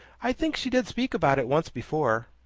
i think she did speak about it once before.